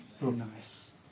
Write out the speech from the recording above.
Nice